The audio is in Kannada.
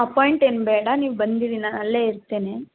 ಅಪಾಯಿಂಟ್ ಏನು ಬೇಡ ನೀವು ಬಂದಿರಿ ನಾನು ಅಲ್ಲೇ ಇರ್ತೇನೆ